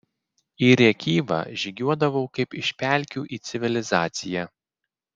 į rėkyvą žygiuodavau kaip iš pelkių į civilizaciją